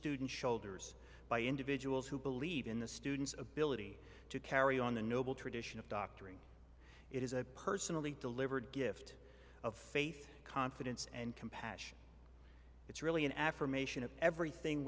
student shoulders by individuals who believe in the student's ability to carry on the noble tradition of doctoring it is a personally delivered gift of faith confidence and compassion it's really an affirmation of everything